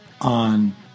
on